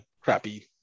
crappy